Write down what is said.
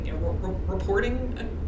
reporting